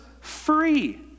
free